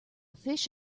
fish